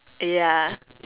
ya